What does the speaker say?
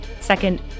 Second